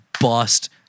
bust